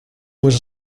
was